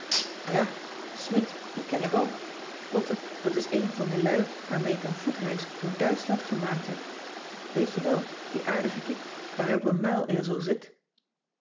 ja smidt die ken ik ook lotte dat is een van de lui waarmee ik een voetreis door duitschland gemaakt heb weet je wel die aardige kiek waar hij op een muilezel zit